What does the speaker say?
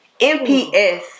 MPS